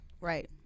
Right